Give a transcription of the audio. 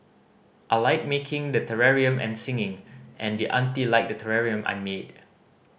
I like making the terrarium and singing and the auntie liked the terrarium I made